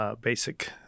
Basic